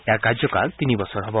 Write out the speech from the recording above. ইয়াৰ কাৰ্যকাল তিনি বছৰ হব